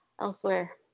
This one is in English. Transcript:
elsewhere